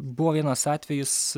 buvo vienas atvejis